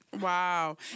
Wow